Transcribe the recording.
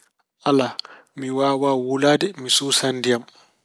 Alaa, mi waawaa wuulaade. Mi suusaa ndiyam.